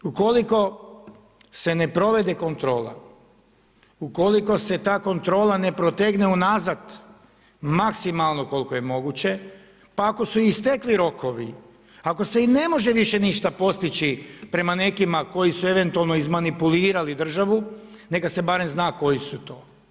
Ukoliko se ne provede kontrola, ukoliko se ta kontrola ne protegne unazad maksimalno koliko je moguće, pa ako su i istekli rokovi, ako se i ne može više ništa postići prema nekima koji su eventualno izmanipulirali državu, neka se barem zna koji su to.